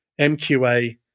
MQA